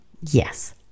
yes